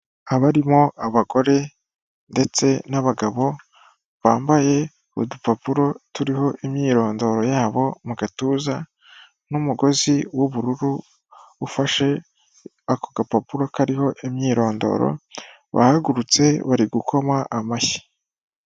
Abarimo abagore ndetse n'abagabo, bambaye udupapuro turiho imyirondoro yabo mu gatuza n'umugozi w'ubururu ufashe ako gapapuro kariho imyirondoro, bahagurutse bari gukoma amashyi.